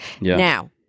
Now